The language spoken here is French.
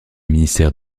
ministère